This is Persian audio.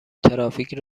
ترافیک